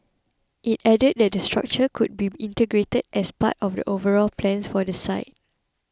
it added that the structure could be integrated as part of the overall plans for the site